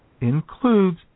includes